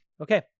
Okay